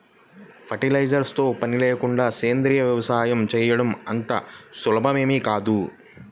fertilisers తో పని లేకుండా సేంద్రీయ వ్యవసాయం చేయడం అంత సులభమేమీ కాదు